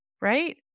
right